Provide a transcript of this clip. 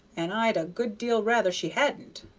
and i'd a good deal rather she hadn't,